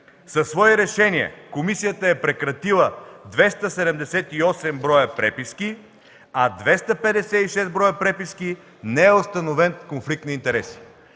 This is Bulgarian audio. Със свои решения комисията е прекратила 278 броя преписки, а в 256 броя преписки не е установен конфликт на интереси.